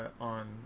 on